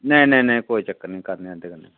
नेईं नेईं कोई चक्कर निं करने आं इं'दे कन्नै